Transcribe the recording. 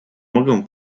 mogę